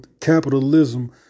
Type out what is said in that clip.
capitalism